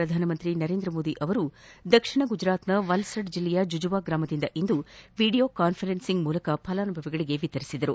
ಪ್ರಧಾನಮಂತ್ರಿ ನರೇಂದ್ರಮೋದಿ ದಕ್ಷಿಣ ಗುಜರಾತ್ನ ವಲ್ಲಾದ್ ಜಿಲ್ಲೆಯ ಜುಜುವ ಗ್ರಾಮದಿಂದ ಇಂದು ವಿಡಿಯೋ ಕಾನ್ವರೆನ್ಸಿಂಗ್ ಮೂಲಕ ಫಲಾನುಭವಿಗಳಿಗೆ ವಿತರಿಸಿದರು